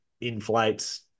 inflates